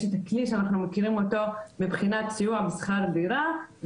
יש את הכלי שאנחנו מכירים של סיוע בשכר דירה,